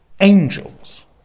angels